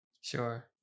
Sure